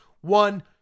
One